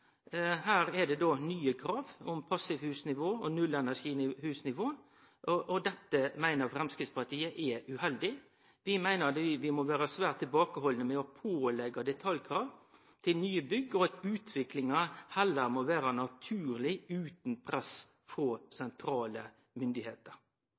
nye krav om passivhusnivå og nullenerginivå, og dette meiner Framstegspartiet er uheldig. Vi meiner vi må vere svært tilbakehaldne med å påleggje detaljkrav til nye bygg, og at utviklinga heller må vere naturleg utan press